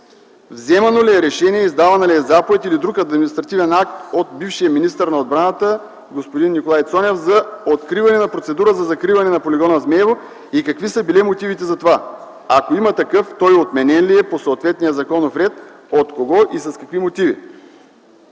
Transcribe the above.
Вземано ли е решение, издавана ли е заповед или друг административен акт от бившия министър на отбраната господин Николай Цонев за откриване на процедура за закриване на полигона „Змейово” и какви са били мотивите за това? Ако има такъв, той отменен ли е по съответния законов ред, от кого и с какви мотиви?